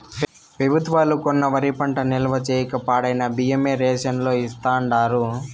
పెబుత్వాలు కొన్న వరి పంట నిల్వ చేయక పాడైన బియ్యమే రేషన్ లో ఇస్తాండారు